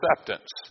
acceptance